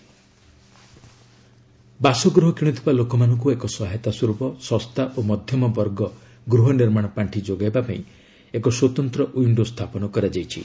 housing fund ବାସଗୃହ କିଣୁଥିବା ଲୋକମାନଙ୍କୁ ଏକ ସହାୟତା ସ୍ୱରୂପ ଶସ୍ତା ଓ ମଧ୍ୟମ ବର୍ଗ ଗୃହ ନିର୍ମାଣ ପାଖି ଯୋଗାଇବାପାଇଁ ଏକ ସ୍ୱତନ୍ତ ୱିଶ୍ଡୋ ସ୍ଥାପନ କରାଯାଇଛି